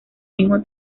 mismo